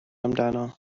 amdano